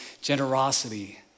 generosity